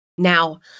Now